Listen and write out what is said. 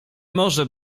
może